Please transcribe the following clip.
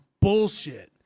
bullshit